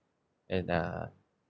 and uh